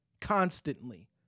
constantly